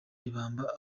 ibamba